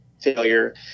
failure